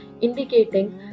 indicating